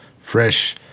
fresh